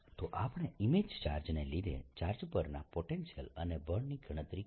તો આપણે image charge ને લીધે ચાર્જ પરના પોટેન્શિયલ અને બળની ગણતરી કરી